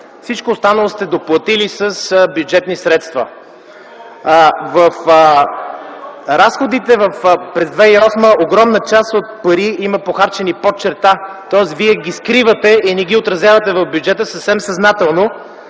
Всичко останало сте доплатили с бюджетни средства. (Силен шум в залата.) В разходите през 2008 г. огромна част от парите са похарчени под черта, тоест вие ги скривате и не ги отразявате в бюджета съвсем съзнателно,